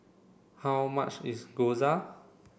how much is Gyoza